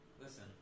Listen